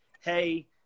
hey